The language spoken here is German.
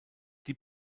die